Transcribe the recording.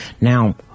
Now